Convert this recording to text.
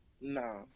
No